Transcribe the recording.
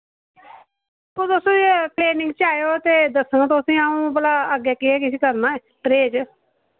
तुस क्लिनिक च आयो ते दस्संग तुसें अऊं भला अग्गै केह् किश करना ऐ परहेज